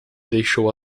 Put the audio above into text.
deixou